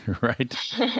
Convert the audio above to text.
right